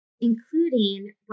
including